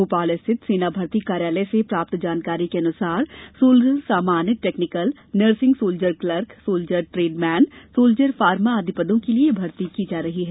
भोपाल स्थित सेना भर्ती कार्यालय से प्राप्त जानकारी के अनुसार सोल्जर सामान्य technical nursing soldier clerk soldier tradesmen soldier pharma आदि पदों के लिए यह भर्ती की जा रही है